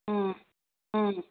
ꯎꯝ ꯎꯝ